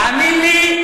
תאמין לי,